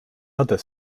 other